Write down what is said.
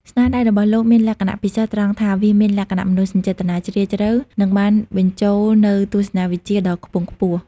ស្នាដៃរបស់លោកមានលក្ខណៈពិសេសត្រង់ថា វាមានលក្ខណៈមនោសញ្ចេតនាជ្រាលជ្រៅ និងបានបញ្ចូលនូវទស្សនៈវិជ្ជាដ៏ខ្ពង់ខ្ពស់។